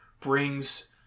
brings